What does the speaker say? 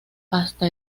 hasta